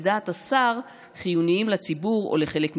לדעת השר "חיוניים לציבור או לחלק ממנו".